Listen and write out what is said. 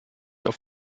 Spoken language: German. auf